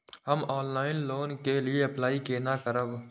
हम online loan के लिए अप्लाई केना करब?